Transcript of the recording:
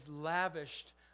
lavished